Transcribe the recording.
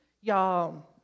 Y'all